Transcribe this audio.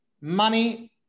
Money